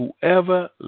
whoever